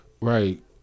right